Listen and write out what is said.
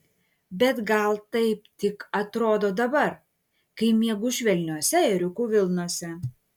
bet gal taip tik atrodo dabar kai miegu švelniose ėriukų vilnose